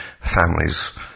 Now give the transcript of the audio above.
families